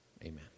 amen